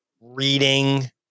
reading